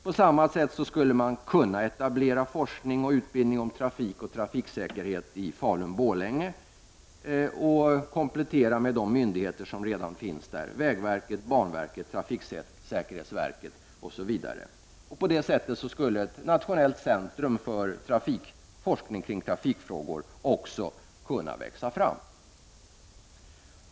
På samma sätt skulle man kunna etablera forskning och utbildning kring trafik och trafiksäkerhet i Falun-Borlänge som komplement till de myndigheter som redan finns där, alltså vägverket, banverket, trafiksäkerhetsverket osv. På det sättet skulle ett nationellt centrum för forskning kring trafikfrågor också kunna växa fram.